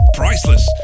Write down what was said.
priceless